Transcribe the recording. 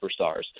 superstars